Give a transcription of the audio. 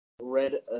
read